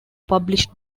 published